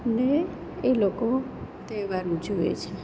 ને એ લોકો તહેવાર ઉજવે છે